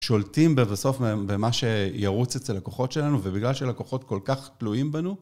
שולטים בבסוף במה שירוץ אצל לקוחות שלנו, ובגלל שלקוחות כל כך תלויים בנו.